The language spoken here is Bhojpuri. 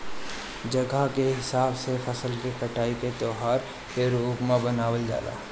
जगह के हिसाब से फसल के कटाई के त्यौहार के रूप में मनावल जला